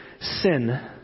sin